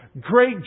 great